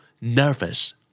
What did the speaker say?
nervous